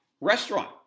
restaurant